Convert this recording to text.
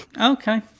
Okay